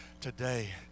today